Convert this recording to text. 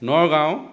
Nagaon